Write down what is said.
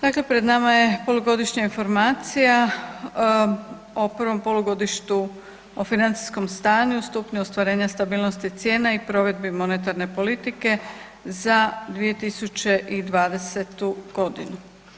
Dakle, pred nama je polugodišnja informacija o prvom polugodištu, o financijskom stanju, stupnju ostvarenja stabilnosti cijena i provedbi monetarne politike za 2020. godinu.